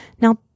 Now